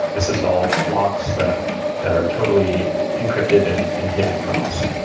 it's just all blocks that that are totally encrypted and and hidden from us